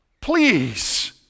please